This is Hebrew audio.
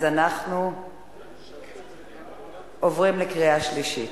אז אנחנו עוברים לקריאה שלישית.